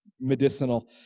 medicinal